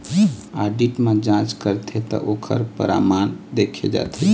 audit म जांच करथे त ओखर परमान देखे जाथे